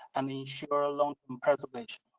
and ensure ah long-term preservation.